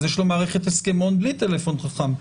יש לו מערכת הסכמון בלי טלפון חכם,